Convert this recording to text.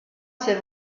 c’est